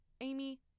Amy